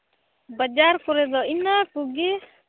ᱵᱟᱡᱟᱨ ᱠᱚᱨᱮᱫ ᱫᱚ ᱤᱱᱟᱹ ᱠᱚᱜᱮ